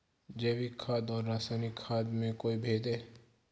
जैविक खाद और रासायनिक खाद में कोई भेद है?